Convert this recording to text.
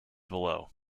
below